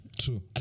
True